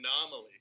anomaly